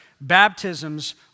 baptisms